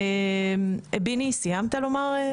ביני, סיימת לומר?